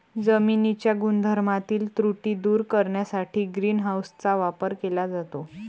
जमिनीच्या गुणधर्मातील त्रुटी दूर करण्यासाठी ग्रीन हाऊसचा वापर केला जातो